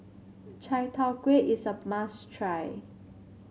Chai Tow Kway is a must try